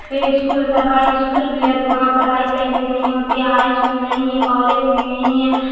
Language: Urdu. اسکول سرکاری اسکول بھی ہے تو وہاں پڑھائی صحیح سے نہیں ہوتی ہے ہائی اسکول نہیں ہے کالج بھی نہیں ہے